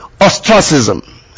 Ostracism